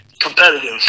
Competitive